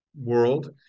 world